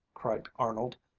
cried arnold,